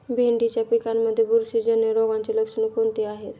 भेंडीच्या पिकांमध्ये बुरशीजन्य रोगाची लक्षणे कोणती आहेत?